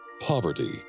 Poverty